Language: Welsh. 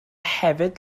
hefyd